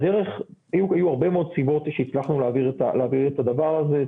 היו הרבה מאוד סיבות שהצלחנו להעביר את הדבר הזה.